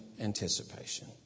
anticipation